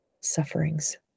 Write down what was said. sufferings